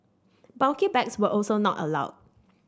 bulky bags were also not allowed